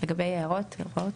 הערות?